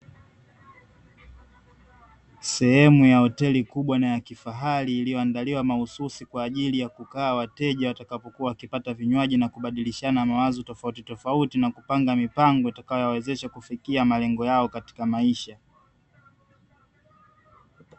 Sehemu ya hoteli kubwa na yakifahari iliyoandaliwa mahususi kwa ajili ya kukaa wateja watakapokuwa wakipata vinywaji na kubadilishana mawazo tofautitofauti na kupanga mipango itakayowawezesha kufikia malengo yao katika maisha.